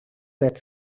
that